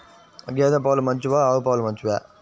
గేద పాలు మంచివా ఆవు పాలు మంచివా?